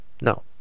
No